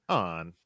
on